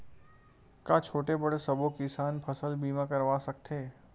का छोटे बड़े सबो किसान फसल बीमा करवा सकथे?